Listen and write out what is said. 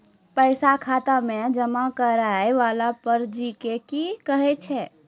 पैसा खाता मे जमा करैय वाला पर्ची के की कहेय छै?